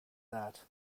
that